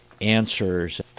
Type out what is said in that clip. answers